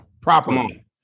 properly